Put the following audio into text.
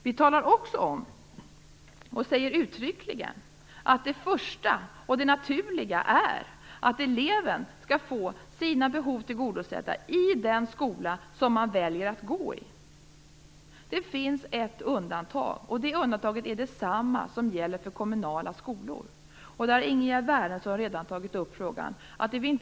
Vi säger också uttryckligen att det första och det naturliga är att eleven skall få sina behov tillgodosedda i den skola som man väljer att gå i. Det finns ett undantag, och det undantaget är detsamma som gäller för kommunala skolor. Ingegerd Wärnersson har redan tagit upp den frågan.